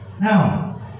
Now